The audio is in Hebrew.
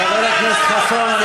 חבר הכנסת חסון,